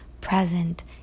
present